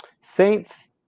saints